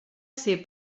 ser